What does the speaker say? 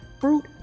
fruit